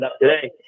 today